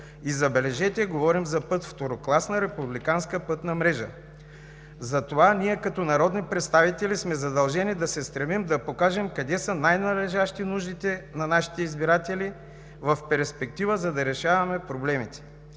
И, забележете, говорим за път второкласна републиканска пътна мрежа! Затова ние, като народни представители, сме задължени да се стремим да покажем къде са най-належащите нужди на нашите избиратели, да мислим стратегически, в перспектива, за да решаваме проблемите.